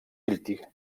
crític